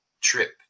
trip